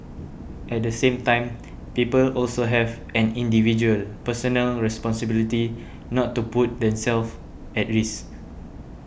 at the same time people also have an individual personal responsibility not to put themselves at risk